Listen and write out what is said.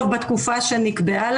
ברגע שהם לא הביאו חומר לוועדה,